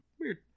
Weird